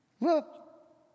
Look